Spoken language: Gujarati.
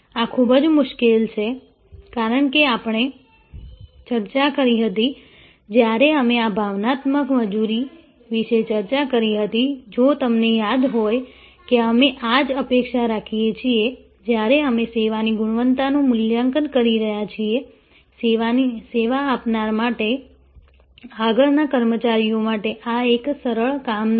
આ ખુબજ મુશ્કેલ છે કારણ કે આપણે ચર્ચા કરી હતી જ્યારે અમે ભાવનાત્મક મજૂરી વિશે ચર્ચા કરી હતી જો તમને યાદ હોય કે અમે આ જ અપેક્ષા રાખીએ છીએ જ્યારે અમે સેવાની ગુણવત્તાનું મૂલ્યાંકન કરી રહ્યા છીએ સેવા આપનાર માટે આગળના કર્મચારીઓ માટે આ એક સરળ કામ નથી